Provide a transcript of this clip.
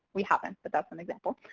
we haven't, but that's an example.